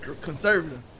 conservative